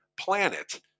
planet